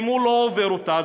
אם הוא לא עובר אותה,